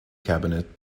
cabinet